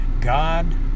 God